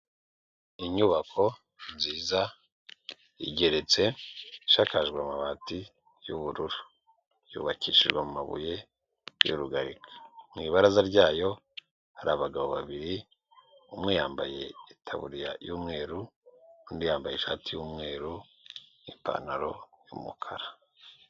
Iyubako nziza igeretse ishakajwe amabati y'ubururu yubakishijwe amabuye y'urugarika. Mu ibaraza ryayo hari abagabo babiri, umwe yambaye taburiya y'umweru undi yambaye ishati y'umweru n'ipantaro y'umukara.